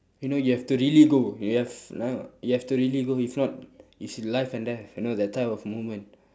you know you have to really go you have like you have to really go if not it's life and death you know that type of moment